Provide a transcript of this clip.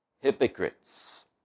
hypocrites